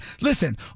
listen